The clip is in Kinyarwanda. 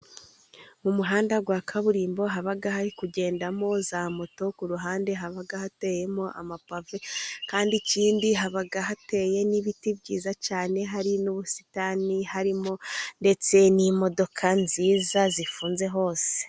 Mu muhanda wa kaburimbo haba hari kugendamo za moto ku ruhande, haba hateyemo amapave kandi ikindi haba hateye n'ibiti byiza cyane, hari n'ubusitani harimo ndetse n'imodoka nziza zifunze hose.